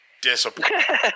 disappointing